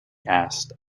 asked